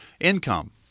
income